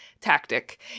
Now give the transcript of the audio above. tactic